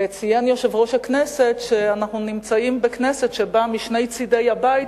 וציין יושב-ראש הכנסת שאנחנו נמצאים בכנסת שבה משני צדי הבית